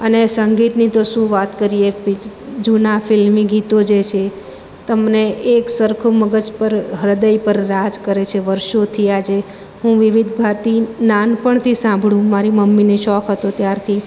અને સંગીતની તો શું વાત કરીએ જૂના ફિલ્મી ગીતો જે છે તમને એકસરખું મગજ પર હ્રદય પર રાજ કરે છે વર્ષોથી આજે હું વિવિધ ભારતી નાનપણથી સાંભળું મારી મમ્મીને શોખ હતો ત્યારથી